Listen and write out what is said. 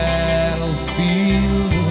Battlefield